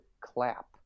clap